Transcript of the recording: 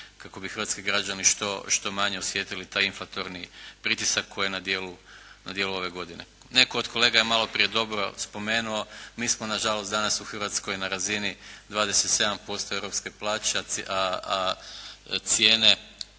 kako bi hrvatski građani što manje osjetili taj inflatorni pritisak koji je na djelu ove godine. Neko od kolega je maloprije dobro spomenuo, mi smo na žalost danas u Hrvatskoj na razini 27% europske plaće, a cijene,